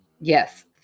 Yes